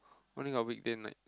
only got weekday night